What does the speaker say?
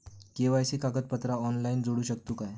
KYC कागदपत्रा online जोडू शकतू का?